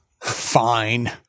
Fine